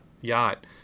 yacht